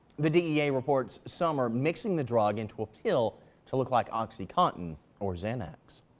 the da reports some are mixing the drug into a pill to look like oxley cotton or xanax.